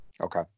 Okay